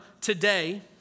today